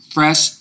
Fresh